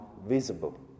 visible